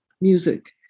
music